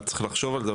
צריך לחשוב על זה,